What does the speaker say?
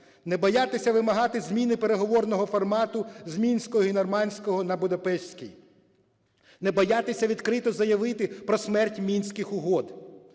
Не боятися вимагати зміни переговорного формату з мінського і нормандського на будапештський. Не боятися відкрито заявити про смерть Мінських угод.